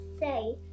say